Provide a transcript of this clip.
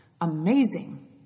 Amazing